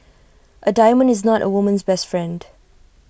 A diamond is not A woman's best friend